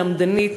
למדנית,